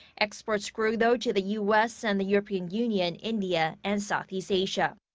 exports grew, though, to the u s. and the european union, india and southeast asia.